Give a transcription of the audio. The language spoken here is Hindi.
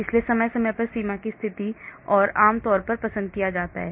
इसलिए समय समय पर सीमा की स्थिति को आम तौर पर पसंद किया जाता है